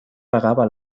pagaba